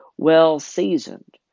well-seasoned